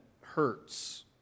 hurts